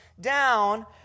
down